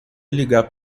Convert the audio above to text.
ligar